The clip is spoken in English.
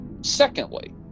Secondly